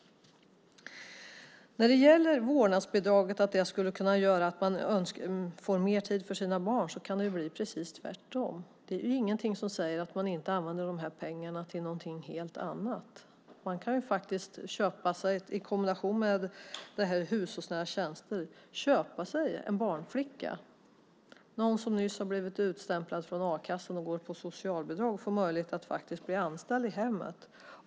Att vårdnadsbidraget skulle innebära att man får mer tid för sina barn kan i själva verket betyda raka motsatsen. Det är ingenting som säger att man inte använder pengarna till något helt annat i stället. Man kan, i kombination med hushållsnära tjänster, köpa sig en barnflicka. Någon som nyligen blivit utstämplad från a-kassan och går på socialbidrag får därigenom möjlighet att bli anställd i hemmet.